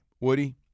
Woody